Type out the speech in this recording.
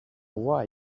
why